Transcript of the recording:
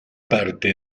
parte